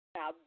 Now